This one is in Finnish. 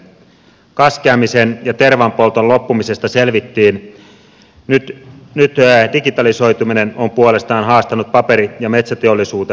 kaskeamisen ja tervanpolton loppumisesta selvittiin nyt digitalisoituminen on puolestaan haastanut paperi ja metsäteollisuutemme